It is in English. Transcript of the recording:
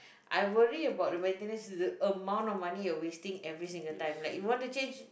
I worry about the maintenance is the amount of money of wasting every single time like you want to change